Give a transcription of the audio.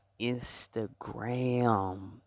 Instagram